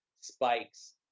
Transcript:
spikes